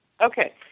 Okay